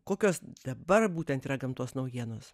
kokios dabar būtent yra gamtos naujienos